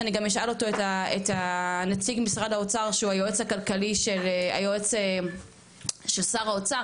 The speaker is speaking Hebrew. שאני גם אשאל את נציג משרד האוצר שהוא היועץ של שר האוצר,